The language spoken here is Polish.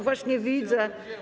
Właśnie widzę.